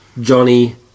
Johnny